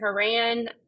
Haran